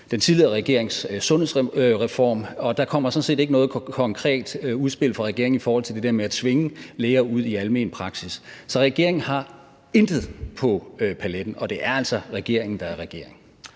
den tidligere regerings sundhedsreform, og der kommer sådan set ikke noget konkret udspil fra regeringen i forhold til det der med at tvinge læger ud i almen praksis. Så regeringen har intet på paletten, og det er altså regeringen, der er regering.